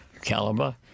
caliber